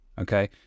Okay